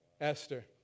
Esther